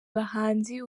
bahanzi